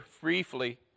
briefly